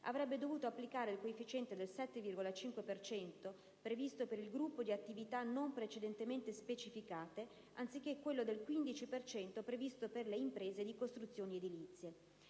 avrebbe dovuto applicare il coefficiente del 7,5 per cento previsto per il gruppo di «attività non precedentemente specificate» anziché quello del 15 per cento previsto per le «imprese di costruzioni edilizie».